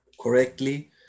correctly